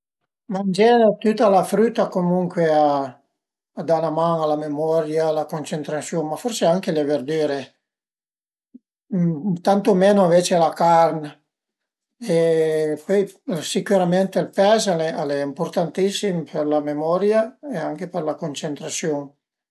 Mangé tüta la früta comuncue a da 'na man a la memoria, a la cuncentrasiun, ma forsi anche le verdüre, tantu menu ënvecce la carn e pöi sicürament ël pes, al e ëmpurtantissim për la memoria e anche për la cuncentrasiun